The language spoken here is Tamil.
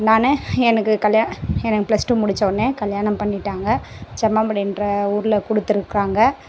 நான் எனக்கு கல்யா எனக்கு ப்ளஸ் டூ முடித்த உடனே கல்யாணம் பண்ணிவிட்டாங்க செம்மாம்பாடின்ற ஊரில் கொடுத்துருக்காங்க